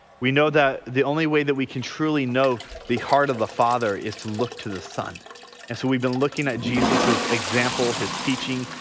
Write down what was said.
we know that the only way that we can truly know the heart of the father is to look to the son and so we've been looking at jesus's example his teaching,